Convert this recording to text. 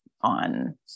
on